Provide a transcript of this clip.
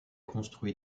construit